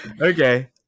Okay